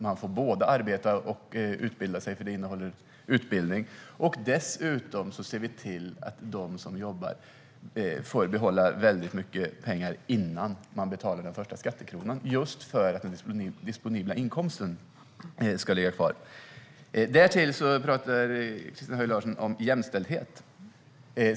De får både arbeta och utbilda sig, för det innehåller utbildning. Dessutom ser vi till att de som jobbar får behålla väldigt mycket pengar innan de betalar den första skattekronan just för att den disponibla inkomsten ska ligga kvar. Därtill talar Christina Höj Larsen om jämställdhet.